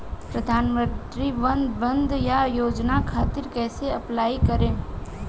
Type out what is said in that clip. प्रधानमंत्री वय वन्द ना योजना खातिर कइसे अप्लाई करेम?